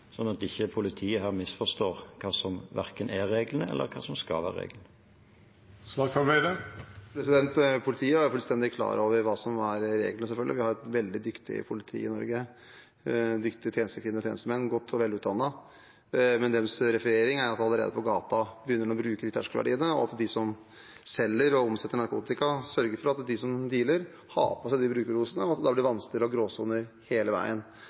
at ikke politiet her misforstår hva som er reglene, eller hva som skal være reglene. Politiet er selvfølgelig fullstendig klar over hva som er reglene – vi har et veldig dyktig politi i Norge med dyktige tjenestekvinner og tjenestemenn, godt og velutdannet. Men de refererer det slik at man på gata allerede begynner å bruke de terskelverdiene, og at de som selger og omsetter narkotika, sørger for at de som dealer, har på seg de brukerdosene, og at det da blir vanskeligere gråsoner hele veien.